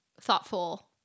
thoughtful